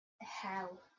Hell